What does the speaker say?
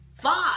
Five